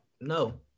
no